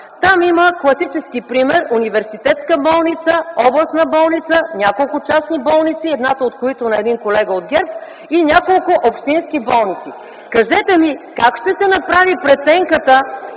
Там има класически пример – Университетска болница, областна болница, няколко частни болници, едната от които е на един колега от ГЕРБ и няколко общински болници. (Шум и реплики от ГЕРБ.) Кажете ми как ще се направи преценката